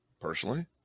personally